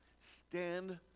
stand